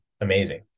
amazing